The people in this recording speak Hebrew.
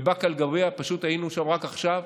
בבאקה אל-גרבייה פשוט היינו רק עכשיו,